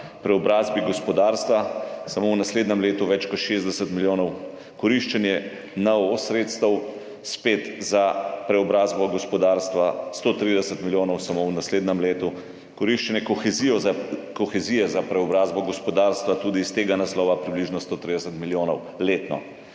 preobrazbi gospodarstva samo v naslednjem letu več kot 60 milijonov. Koriščenje sredstev NOO, spet za preobrazbo gospodarstva, 130 milijonov samo v naslednjem letu. Koriščenje kohezije za preobrazbo gospodarstva, tudi iz tega naslova približno 130 milijonov letno.